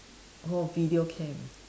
oh video cam